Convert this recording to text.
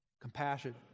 Compassion